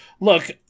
Look